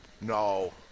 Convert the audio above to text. No